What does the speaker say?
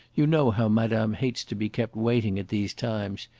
you know how madame hates to be kept waiting at these times.